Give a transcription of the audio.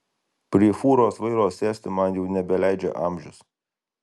prie fūros vairo sėsti man jau nebeleidžia amžius